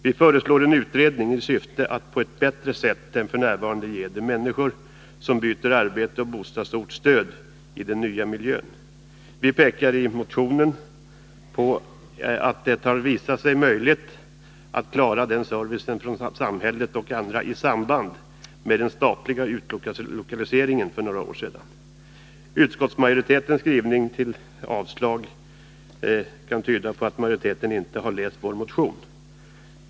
Vi föreslår en utredning i syfte att på ett bättre sätt än f. n. ge de människor som byter arbete och bostadsort stöd i den nya miljön. Vi pekar i motionen på att det har visat sig möjligt att klara den servicen från samhället och andra i samband med den statliga utlokaliseringen för några år sedan. Utskottsmajoritetens motivering för avstyrkande kan tyda på att majoriteten inte har läst vår motion.